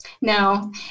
No